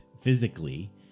physically